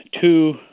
two